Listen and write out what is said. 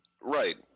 Right